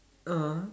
(uh huh)